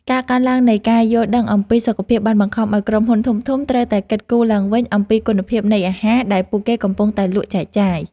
ការកើនឡើងនៃការយល់ដឹងអំពីសុខភាពបានបង្ខំឲ្យក្រុមហ៊ុនធំៗត្រូវតែគិតគូរឡើងវិញអំពីគុណភាពនៃអាហារដែល ពួកគេកំពុងតែលក់ចែកចាយ។